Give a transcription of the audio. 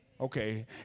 Okay